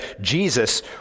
Jesus